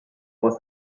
was